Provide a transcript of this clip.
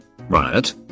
Riot